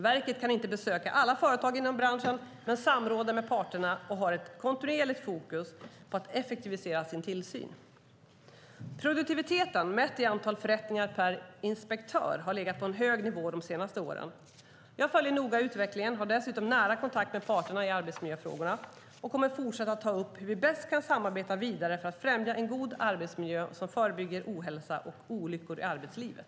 Verket kan inte besöka alla företag inom branschen men samråder med parterna och har kontinuerligt fokus på att effektivisera sin tillsyn. Produktiviteten mätt i antal förrättningar per inspektör har legat på en hög nivå de senaste åren. Jag följer noga utvecklingen och har dessutom nära kontakt med parterna i arbetsmiljöfrågorna. Jag kommer att fortsätta ta upp hur vi bäst kan samarbeta vidare för att främja en god arbetsmiljö som förebygger ohälsa och olyckor i arbetslivet.